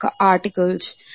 articles